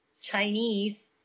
Chinese